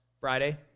Friday